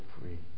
free